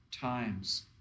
times